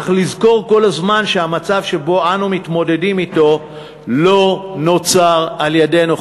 אך לזכור כל הזמן שהמצב שאנו מתמודדים אתו לא נוצר על-ידינו,